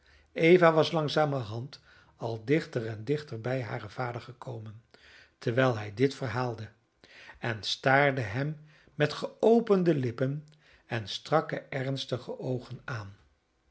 eva was langzamerhand al dichter en dichter bij haren vader gekomen terwijl hij dit verhaalde en staarde hem met geopende lippen en strakke ernstige oogen aan